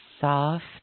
soft